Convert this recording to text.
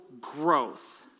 growth